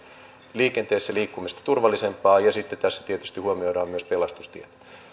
liikenteessä liikkumisesta turvallisempaa ja sitten tässä tietysti huomioidaan myös pelastustiet